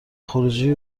خروجی